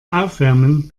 aufwärmen